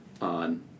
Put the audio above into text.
on